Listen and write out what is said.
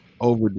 over